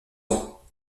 ans